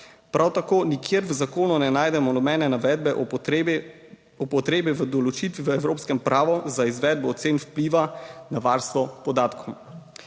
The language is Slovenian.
Prav tako nikjer v zakonu ne najdemo nobene navedbe o potrebi po potrebi v določitvi v evropskem pravu za izvedbo ocen vpliva na varstvo podatkov.